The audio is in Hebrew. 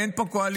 אין פה קואליציה,